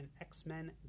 X-Men